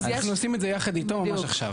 ממש עכשיו